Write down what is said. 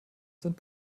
sind